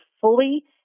fully